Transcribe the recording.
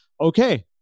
Okay